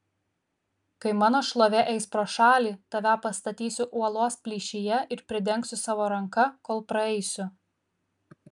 kai mano šlovė eis pro šalį tave pastatysiu uolos plyšyje ir pridengsiu savo ranka kol praeisiu